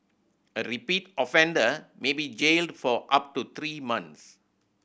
a repeat offender may be jailed for up to three months